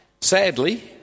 Sadly